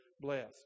blessed